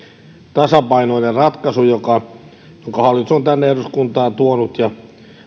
tasapainoinen ratkaisu jonka hallitus on tänne eduskuntaan tuonut ja